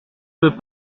peut